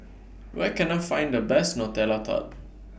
Where Can I Find The Best Nutella Tart